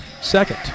second